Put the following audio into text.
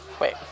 Wait